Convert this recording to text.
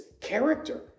character